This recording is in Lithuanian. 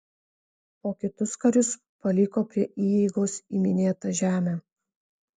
o kitus karius paliko prie įeigos į minėtą žemę